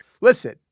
Listen